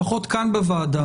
לפחות כאן בוועדה.